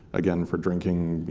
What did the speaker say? again, for drinking,